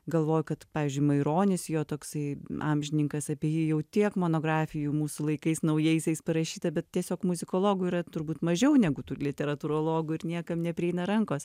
galvoju kad pavyzdžiui maironis jo toksai amžininkas apie jį jau tiek monografijų mūsų laikais naujaisiais parašyta bet tiesiog muzikologų yra turbūt mažiau negu tų literatūrologų ir niekam neprieina rankos